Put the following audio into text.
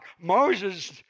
Moses